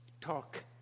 talk